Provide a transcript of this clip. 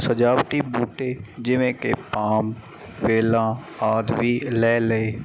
ਸਜਾਵਟੀ ਬੂਟੇ ਜਿਵੇਂ ਕਿ ਪਾਮ ਵੇਲਾਂ ਆਦਿ ਵੀ ਲੈ ਲਏ